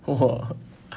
!wah!